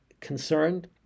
concerned